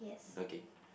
okay